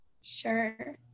sure